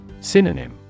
Synonym